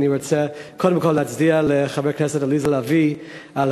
ואני רוצה קודם כול להצדיע לחברת הכנסת עליזה לביא על